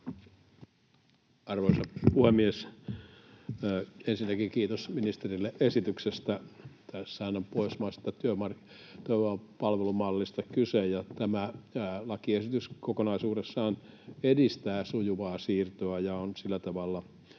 Arvoisa puhemies! Ensinnäkin kiitos ministerille esityksestä. Tässähän on pohjoismaisesta työvoimapalvelumallista kyse, ja tämä lakiesitys kokonaisuudessaan edistää sujuvaa siirtoa ja on sillä tavalla